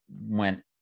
went